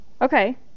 Okay